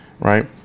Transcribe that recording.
right